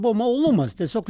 buvo malonumas tiesiog